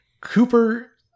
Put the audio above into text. Cooper